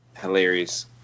Hilarious